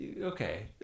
okay